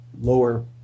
lower